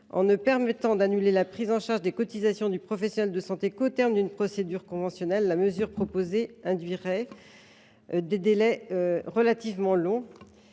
En ne permettant d’annuler la prise en charge des cotisations du professionnel de santé qu’au terme d’une procédure conventionnelle, la mesure proposée induirait des délais relativement longs.